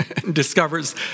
discovers